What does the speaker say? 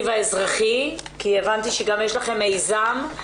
והאזרחי כי הבנתי שגם יש לכם מיזם,